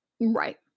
Right